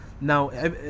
now